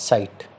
Site